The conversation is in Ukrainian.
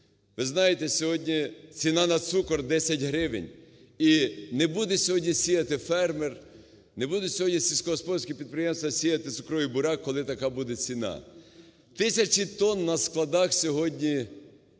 Ви знаєте, сьогодні ціна на цукор – 10 гривень. І не буде сьогодні сіяти фермер, не будуть сьогодні сільськогосподарські підприємства сіяти цукровий буряк, коли така буде ціна. Тисячі тонн на складах сьогодні